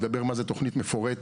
מדבר מה זה תכנית מפורטת.